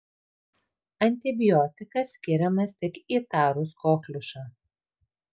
antibiotikas skiriamas tik įtarus kokliušą